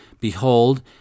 Behold